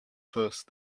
first